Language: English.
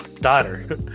daughter